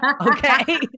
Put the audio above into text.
okay